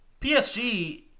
PSG